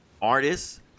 artists